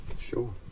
Sure